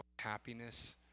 happiness